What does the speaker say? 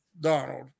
Donald